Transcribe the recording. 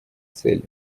цели